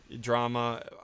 drama